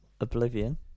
Oblivion